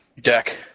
deck